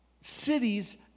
cities